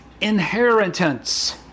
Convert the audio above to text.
inheritance